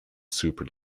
super